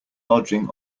lodging